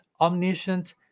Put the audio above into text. omniscient